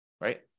right